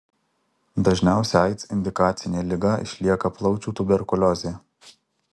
dažniausia aids indikacinė liga išlieka plaučių tuberkuliozė